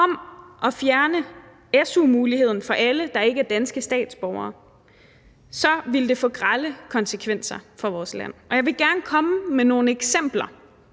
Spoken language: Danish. om at fjerne su-muligheden for alle, der ikke er danske statsborgere, ville få grelle konsekvenser for vores land, og jeg vil gerne komme med nogle eksempler